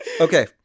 Okay